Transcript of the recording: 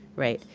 right.